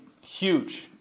huge